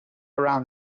around